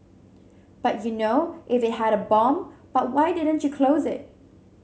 but you know if it had a bomb but why didn't you close it